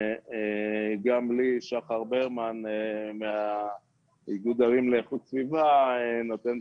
גם ליהי שחר ברמן מאיגוד הערים לאיכות הסביבה נותנת